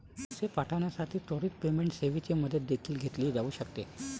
पैसे पाठविण्यासाठी त्वरित पेमेंट सेवेची मदत देखील घेतली जाऊ शकते